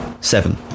seven